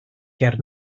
ger